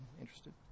interested